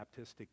Baptistic